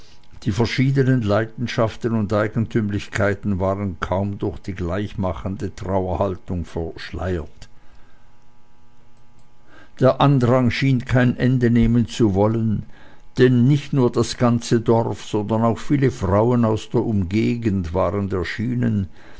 die verschiedenen leidenschaften und eigentümlichkeiten waren kaum durch die gleichmachende trauerhaltung verschleiert der andrang schien kein ende nehmen zu wollen denn nicht nur das ganze dorf sondern auch viele frauen aus der umgegend waren erschienen